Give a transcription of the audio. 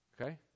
Okay